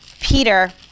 Peter